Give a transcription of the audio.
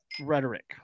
rhetoric